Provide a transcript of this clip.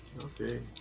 Okay